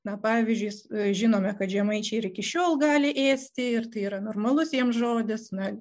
na pavyzdžiui žinome kad žemaičiai ir iki šiol gali ėsti ir tai yra normalus jiems žodis na